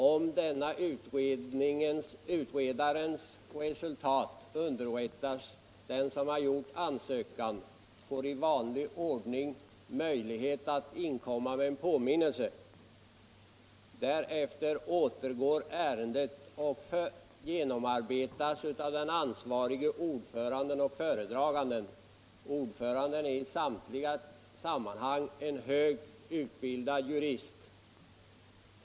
Om utredarens resultat underrättas den som har gjort ansökan, och han får i vanlig ordning möjlighet att inkomma med en påminnelse. Därefter återgår ärendet och genomarbetas av den ansvarige ordföranden och föredraganden. Ordförande är alltid en högt utbildad jurist.